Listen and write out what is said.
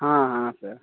हाँ हाँ सर